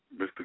Mr